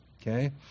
Okay